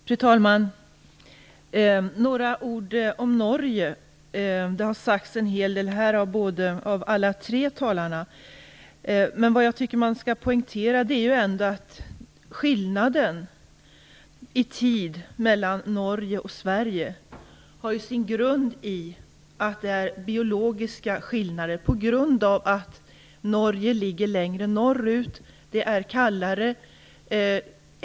Fru talman! Först några ord om Norge. En hel del har sagts av alla tre debattörerna här. Men en sak som jag tycker skall poängteras är att skillnaden i tid mellan Norge och Sverige har sin grund i biologiska avvikelser beroende på att Norge ligger längre norrut. Det är kallare där.